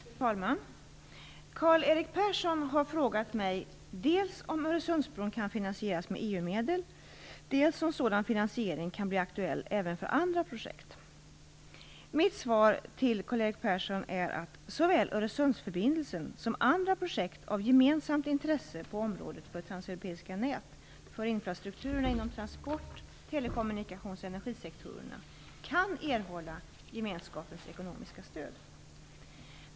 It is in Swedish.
Fru talman! Karl-Erik Persson har frågat mig dels om Öresundsbron kan finansieras med EU-medel, dels om sådan finansiering kan bli aktuell även för andra projekt. Mitt svar till Karl-Erik Persson är att såväl Öresundsförbindelsen som andra projekt av gemensamt intresse på området för transeuropeiska nät för infrastrukturen inom transport-, telekommunikationsoch energisektorerna kan erhålla gemenskapens ekonomiska stöd.